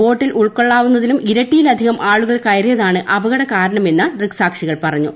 ബോട്ടിൽ ഉൾക്കൊള്ളാവുന്നതിനും ഇരട്ടിയിലധികം ആളുകൾ കയറിയതാണ് അപകടകാരണമെന്ന് ദൃക്സാക്ഷികൾ പറഞ്ഞു